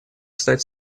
стать